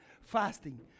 fasting